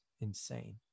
insane